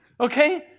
Okay